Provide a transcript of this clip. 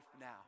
now